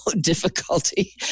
difficulty